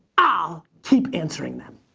ah keep answering them.